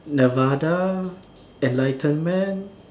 nirvana enlightenment